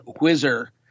whizzer